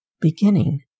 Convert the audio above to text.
beginning